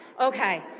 Okay